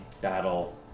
battle